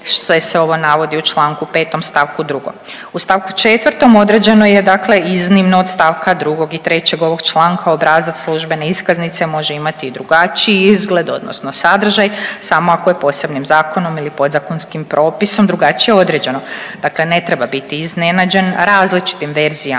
sve se ovo navodi u Članku 5. stavku 2. U stavku 4. određeno je dakle iznimno od stavka 2. i 3. ovog članka obrazac službene iskaznice može imati i drugačiji izgled odnosno sadržaj samo ako je posebnim zakonom ili podzakonskim propisom drugačije određeno. Dakle, ne treba biti iznenađen različitim verzijama